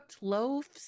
loaves